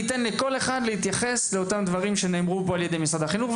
אתן לכל אחד להתייחס לדברים שנאמרו פה על ידי משרד החינוך.